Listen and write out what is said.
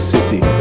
City